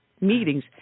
meetings